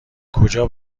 کجا